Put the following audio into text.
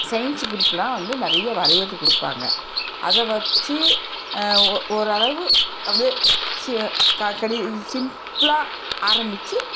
science குரூப்லாம் வந்து நிறைய வரைகிறது கொடுப்பாங்க அதை வெச்சி ஓரளவு அப்டியே சிம்பிளா ஆரம்பித்து